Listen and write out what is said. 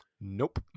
Nope